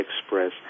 express